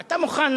אתה מוכן